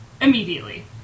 immediately